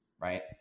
Right